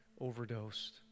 overdosed